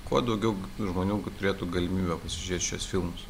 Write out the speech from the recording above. kuo daugiau žmonių turėtų galimybę pasižiūrėt šiuos filmus